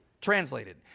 Translated